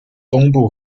东部